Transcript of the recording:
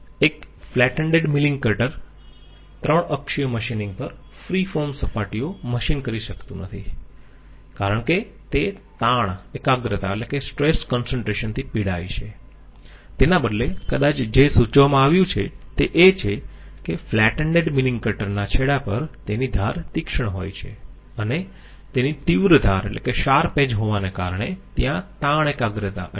એક flat ended milling cutter 3 અક્ષીય machining પર ફ્રી ફોર્મ સપાટીઓ મશીન કરી શકતું નથી કારણ કે તે તાણ એકાગ્રતા થી પીડાય છે તેના બદલે કદાચ જે સૂચવવામાં આવ્યું છે તે એ છે કે ફ્લેટ એન્ડેડ મીલિંગ કટર ના છેડા પર તેની ધાર તીક્ષ્ણ હોય છે અને તેની તીવ્ર ધાર હોવાને કારણે ત્યાં તાણ એકાગ્રતા હોઈ શકે છે